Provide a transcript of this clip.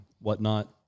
whatnot